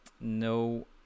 No